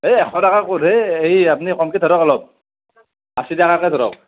এই এশ টকা ক'তহে এই আপুনি কমকৈ ধৰক অলপ আশী টকাকৈ ধৰক